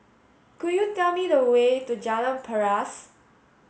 could you tell me the way to Jalan Paras